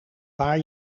paar